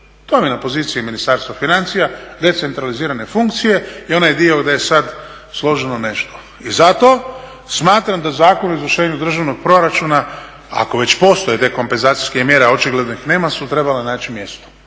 vam je na poziciji Ministarstva financija decentralizirane funkcije i onaj dio da je sada složeno nešto. I zato smatram da je Zakon o izvršenju državnog proračuna, ako već ne postoje dekompenzacijske mjere, a očigledno ih nema, su trebale naći mjesto.